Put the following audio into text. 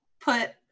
put